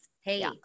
hey